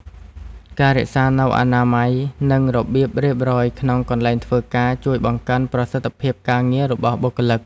ការរក្សានូវអនាម័យ និងរបៀបរៀបរយក្នុងកន្លែងធ្វើការជួយបង្កើនប្រសិទ្ធភាពការងាររបស់បុគ្គលិក។